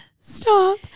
stop